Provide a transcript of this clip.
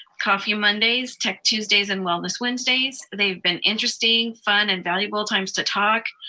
coffee mondays, tech tuesdays, and wellness wednesdays, they've been interesting, fun, and valuable times to talk,